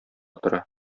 тора